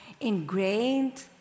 ingrained